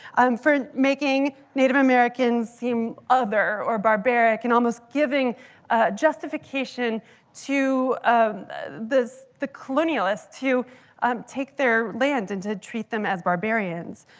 um for making native americans seem other or barbaric and almost giving justification to um the colonialists to um take their land and to treat them as barbarians.